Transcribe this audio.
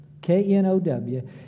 K-N-O-W